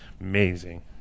amazing